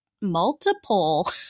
multiple